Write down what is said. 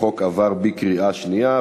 החוק עבר בקריאה שנייה.